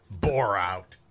Bore-out